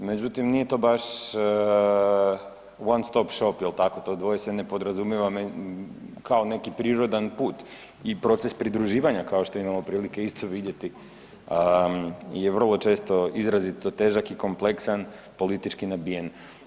Međutim, nije to baš one stop shop jel tako, to dvoje se ne podrazumijeva kao neki prirodan put i proces pridruživanja kao što imamo prilike isto vidjeti je vrlo često izrazito težak i kompleksan politički nabijen.